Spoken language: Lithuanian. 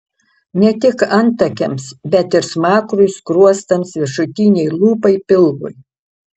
ne tik antakiams bet ir smakrui skruostams viršutinei lūpai pilvui